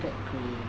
CAT crane